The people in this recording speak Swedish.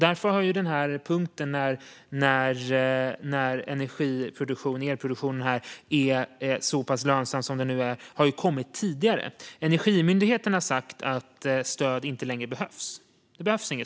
Därför har tidpunkten när elproduktionen är lönsam kommit tidigare, och Energimyndigheten har sagt att stöd inte längre behövs.